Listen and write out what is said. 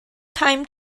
time